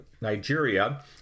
Nigeria